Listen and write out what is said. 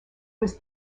was